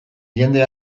jende